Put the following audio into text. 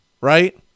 right